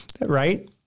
Right